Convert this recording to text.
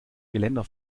geländer